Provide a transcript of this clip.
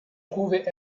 trouvaient